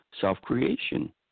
self-creation